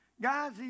Guys